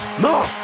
No